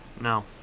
No